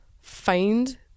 find